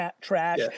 trash